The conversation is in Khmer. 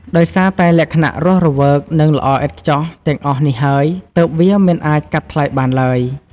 ដោយសារតែលក្ខណៈរស់រវើក និងល្អឥតខ្ចោះទាំងអស់នេះហើយ ទើបវាមិនអាចកាត់ថ្លៃបានឡើយ។